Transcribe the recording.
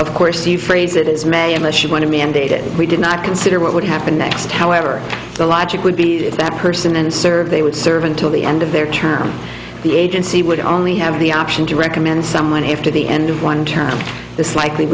of course the phrase it is may unless you want to be and they did we did not consider what would happen next however the logic would be that person and serve they would serve until the end of their term the agency would only have the option to recommend someone if to the end of one term this likely